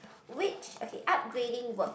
which okay upgrading work